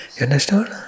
understand